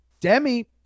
Demi